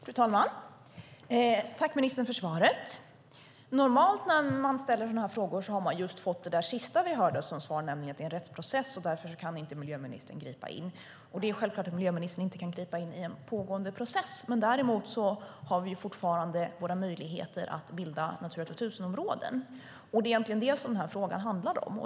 Fru talman! Tack, ministern, för svaret! Normalt när man ställer sådana här frågor får man just det där sista som vi hörde som svar, nämligen att det pågår en rättsprocess och att miljöministern därför inte kan gripa in. Det är självklart att miljöministern inte kan gripa in i en pågående process, men däremot har vi fortfarande våra möjligheter att bilda Natura 2000-områden. Det är egentligen det som den här frågan handlar om.